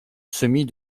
semis